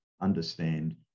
understand